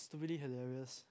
is to really had their rest